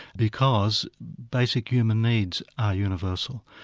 because basic human needs are universal.